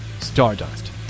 Stardust